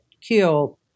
killed